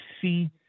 see